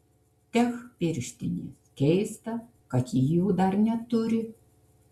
tech pirštinės keista kad ji jų dar neturi